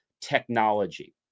Technology